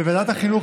בוועדת החינוך,